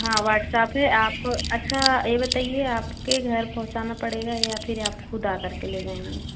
हाँ व्हाट्सएप है आप अच्छा ये बताइए आपके घर पहुँचाना पड़ेगा या फिर ये आप ख़ुद आ कर के ले जाएँगे